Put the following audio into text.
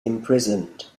imprisoned